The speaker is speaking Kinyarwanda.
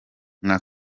nka